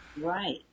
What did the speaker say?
Right